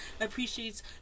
appreciates